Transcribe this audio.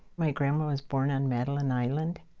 my grandma was born on madeline island.